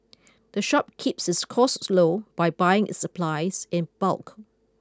the shop keeps its costs low by buying its supplies in bulk